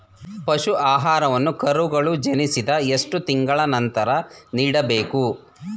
ಪಶು ಆಹಾರವನ್ನು ಕರುಗಳು ಜನಿಸಿದ ಎಷ್ಟು ತಿಂಗಳ ನಂತರ ನೀಡಬೇಕು?